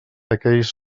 aquells